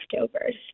leftovers